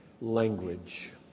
language